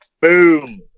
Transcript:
Boom